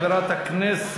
אחריכם, חברת הכנסת